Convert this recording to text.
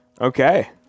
Okay